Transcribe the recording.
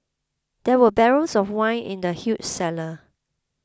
there were barrels of wine in the huge cellar